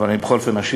אבל אני בכל זאת אשיב